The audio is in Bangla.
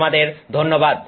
তোমাদের ধন্যবাদ